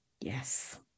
yes